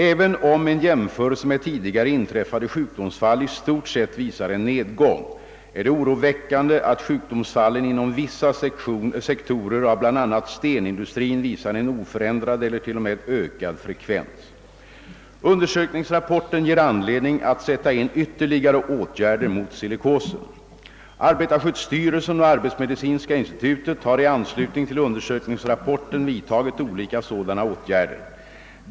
Även om en jämförelse med tidigare inträffade sjukdomsfall i stort sett visar en nedgång, är det oroväckande att sjukdomsfallen inom vissa sektorer av bl.a. stenindustrin visar en oförändrad eller t.o.m. ökad frekvens. Undersökningsrapporten ger anledning att sätta in ytterligare åtgärder mot silikosen. Arbetarskyddsstyrelsen och arbetsmedicinska institutet har i anslutning till undersökningsrapporten vidtagit olika sådana åtgärder.